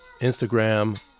Instagram